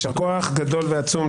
יישר כוח גדול ועצום.